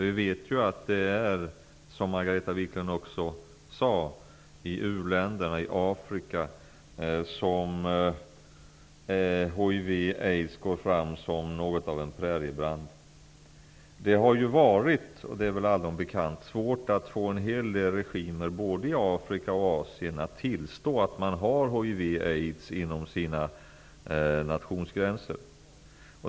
Vi vet ju att det, som Margareta Viklund också sade, är i u-länderna i Afrika som hiv aids inom sina nationsgränser.